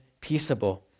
peaceable